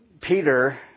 Peter